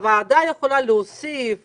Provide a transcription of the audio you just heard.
הוועדה יכולה להוסיף ולשנות.